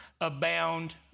abound